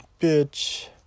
bitch